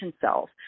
cells